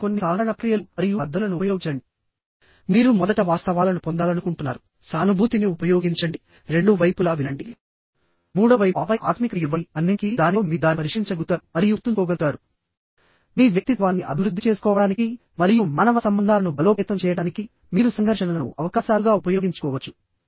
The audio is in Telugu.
చెప్పబడిన కొన్ని సాధారణ ప్రక్రియలు మరియు పద్ధతులను ఉపయోగించండిమీరు మొదట వాస్తవాలను పొందాలనుకుంటున్నారు సానుభూతిని ఉపయోగించండి రెండు వైపులా వినండి మూడవ వైపు ఆపై ఆకస్మికతను ఇవ్వండి అన్నింటికీ దానితో మీరు దాన్ని పరిష్కరించగలుగుతారు మరియు గుర్తుంచుకోగలుగుతారుమీ వ్యక్తిత్వాన్ని అభివృద్ధి చేసుకోవడానికి మరియు మానవ సంబంధాలను బలోపేతం చేయడానికి మీరు సంఘర్షణలను అవకాశాలుగా ఉపయోగించుకోవచ్చు